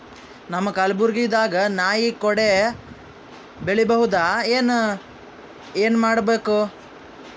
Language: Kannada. ನಮ್ಮ ಕಲಬುರ್ಗಿ ದಾಗ ನಾಯಿ ಕೊಡೆ ಬೆಳಿ ಬಹುದಾ, ಏನ ಏನ್ ಮಾಡಬೇಕು?